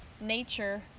nature